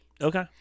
Okay